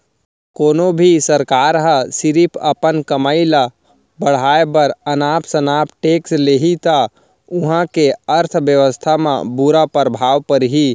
कोनो भी सरकार ह सिरिफ अपन कमई ल बड़हाए बर अनाप सनाप टेक्स लेहि त उहां के अर्थबेवस्था म बुरा परभाव परही